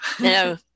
no